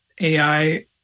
AI